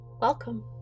Welcome